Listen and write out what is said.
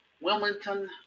Wilmington